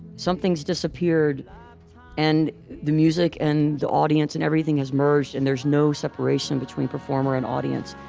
something's disappeared and the music and the audience and everything has merged, and there's no separation between performer and audience.